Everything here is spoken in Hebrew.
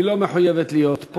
היא לא מחויבת להיות פה.